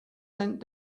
sent